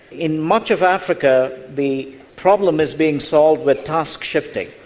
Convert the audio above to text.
in much of africa the problem is being solved with task shifting.